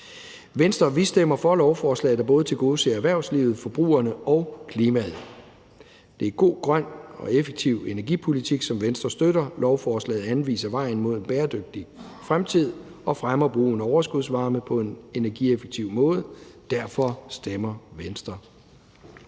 Venstre stemmer for lovforslaget, der både tilgodeser erhvervslivet, forbrugerne og klimaet. Det er god, grøn og effektiv energipolitik, som Venstre støtter. Lovforslaget anviser vejen mod en bæredygtig fremtid og fremmer brugen af overskudsvarme på en energieffektiv måde. Derfor stemmer Venstre